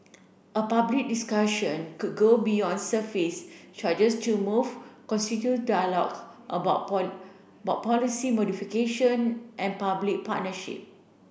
a public discussion could go beyond surface charges to move dialogue about about policy modification and public partnership